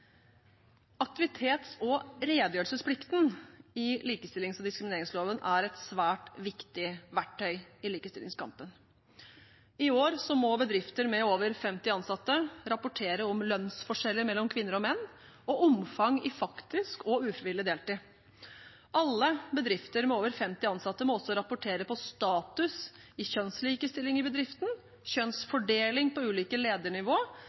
Aktivitets- og redegjørelsesplikten i likestillings- og diskrimineringsloven er et svært viktig verktøy i likestillingskampen. I år må bedrifter med over 50 ansatte rapportere om lønnsforskjeller mellom kvinner og menn og omfang i faktisk og ufrivillig deltid. Alle bedrifter med over 50 ansatte må også rapportere på status i kjønnslikestilling i bedriften. Kjønnsfordeling på ulike ledernivå